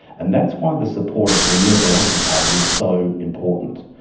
and that's why the support of the renewable energy target is so important.